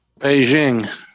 Beijing